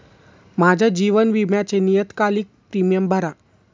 माझ्या जीवन विम्याचे नियतकालिक प्रीमियम भरा